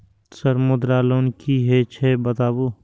Sir Mudra loan की हे छे बताबू?